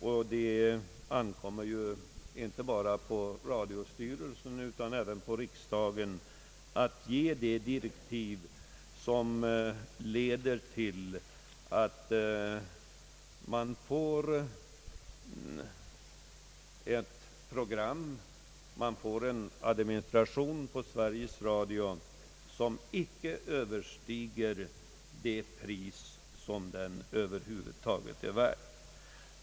Och det ankommer ju inte bara på radiostyrelsen utan även på riksdagen att ge de direktiv som leder till att vi får ett program och en administration inom Sveriges Radio som icke drar kostnader som överstiger det pris som verksamheten över huvud taget är värd.